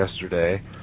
yesterday